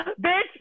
bitch